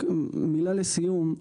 רק מילה לסיום,